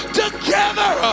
together